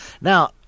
Now